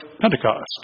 Pentecost